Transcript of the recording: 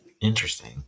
Interesting